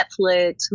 Netflix